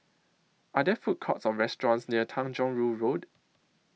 Are There Food Courts Or restaurants near Tanjong Rhu Road